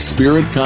Spirit